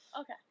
Okay